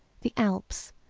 the alps,